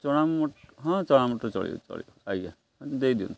ଚଣା ହଁ ଚଣା ବୁଟ ଚଳିବ ଚଳିବ ଆଜ୍ଞା ଦେଇଦିଅନ୍ତ